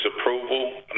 approval